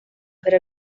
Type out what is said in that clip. per